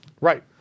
Right